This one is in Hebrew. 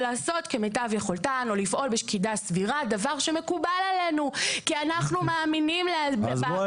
אבל לפני זה ביקשנו כל מיני נוסחים על